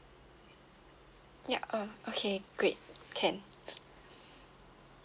ya um okay great can